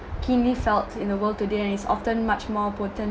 keenly felt in the world today and is often much more potent